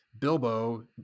Bilbo